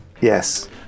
Yes